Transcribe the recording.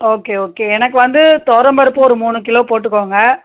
okay okay எனக்கு வந்து துவரம்பருப்பு ஒரு மூணு கிலோ போட்டுக்கோங்க